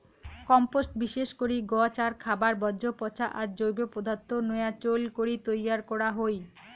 compost বিশেষ করি গছ আর খাবার বর্জ্য পচা আর জৈব পদার্থ নয়া চইল করি তৈয়ার করা হই